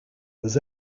was